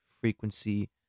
frequency